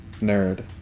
nerd